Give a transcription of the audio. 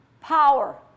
Power